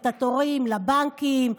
את התורים לבנקים,